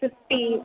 fifty